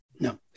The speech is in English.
No